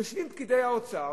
יושבים פקידי האוצר